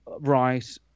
right